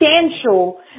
substantial